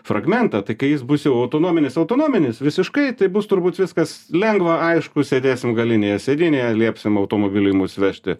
fragmentą tai kai jis bus jau autonominis autonominis visiškai tai bus turbūt viskas lengva aišku sėdėsim galinėje sėdynėje liepsim automobiliui mus vežti